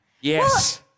Yes